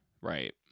right